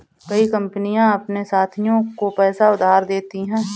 कई कंपनियां अपने साथियों को पैसा उधार देती हैं